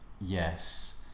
yes